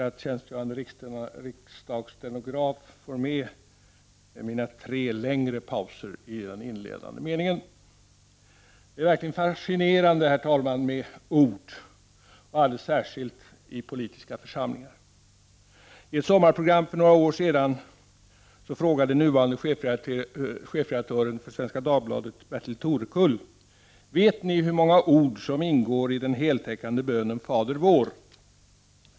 Det är verkligen, herr talman, fascinerande med ord och alldeles särskilt i politiska församlingar. I ett sommarprogram för några år sedan frågade nuvarande chefredaktören för Svenska Dagbladet Bertil Torekull: Vet ni hur många ord som ingår i den heltäckande bönen Fader vår?